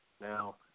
now